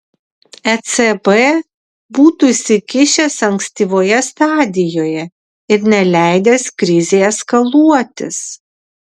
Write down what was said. ecb būtų įsikišęs ankstyvoje stadijoje ir neleidęs krizei eskaluotis